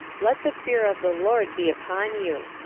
let the fear of the lord be upon you.